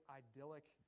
idyllic